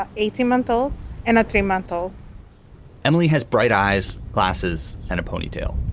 ah eighteen month old and a three month old emily has bright eyes, glasses and a ponytail.